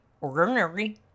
ordinary